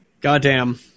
Goddamn